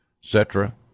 cetera